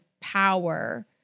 power